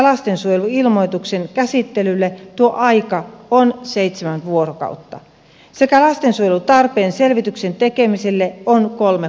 lastensuojeluilmoituksen käsittelylle tuo aika on seitsemän vuorokautta sekä lastensuojelutarpeen selvityksen tekemiselle kolme kuukautta